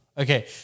Okay